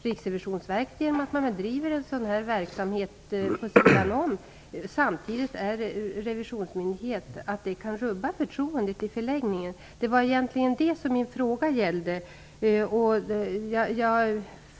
Riksrevisionsverket bedriver en sådan här verksamhet samtidigt som det är revisionsmyndighet. Det kan i förlängningen rubba förtroendet. Det var egentligen detta som min fråga gällde.